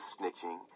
snitching